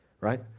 right